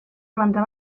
planta